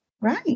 Right